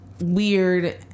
weird